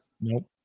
Nope